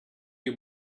you